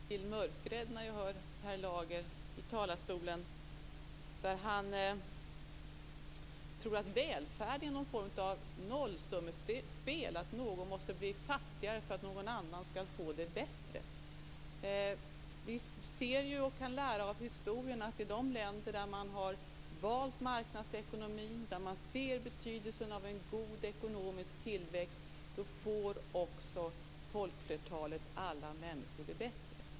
Fru talman! Jag blir mörkrädd när jag hör Per Lager i talarstolen. Han tror att välfärd är någon form av nollsummespel, att någon måste bli fattigare för att någon annan skall få det bättre. Vi ser och kan lära av historien att i de länder där man har valt marknadsekonomi och där man inser betydelsen av en god ekonomisk tillväxt får folkflertalet det bättre.